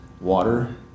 water